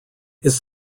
his